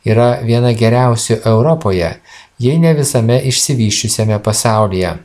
yra viena geriausių europoje jei ne visame išsivysčiusiame pasaulyje